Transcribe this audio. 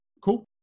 Cool